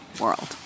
world